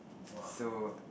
so